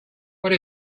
what